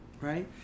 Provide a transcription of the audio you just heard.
right